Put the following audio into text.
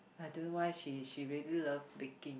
I don't why she she really loves baking